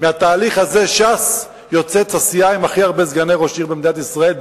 מהתהליך הזה ש"ס יוצאת הסיעה עם הכי הרבה סגני ראש עיר במדינת ישראל,